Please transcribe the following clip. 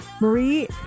Marie